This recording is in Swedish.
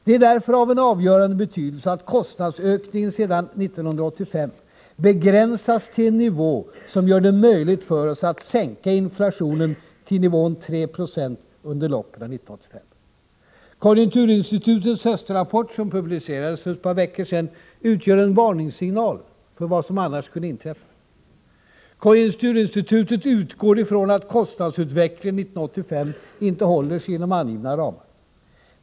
Det är därför av avgörande betydelse att kostnadsökningen 1985 begränsas till en nivå som gör det möjligt för oss att sänka inflationen till nivån 3 96 under loppet av 1985. Konjunkturinstitutets höstrapport, som publicerades för ett par veckor sedan, utgör en varningssignal om vad som annars kan inträffa. Konjunkturinstitutet utgår från att kostnadsutvecklingen 1985 inte håller sig inom angivna ramar.